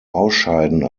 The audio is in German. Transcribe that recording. ausscheiden